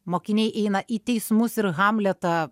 mokiniai eina į teismus ir hamletą